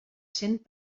cent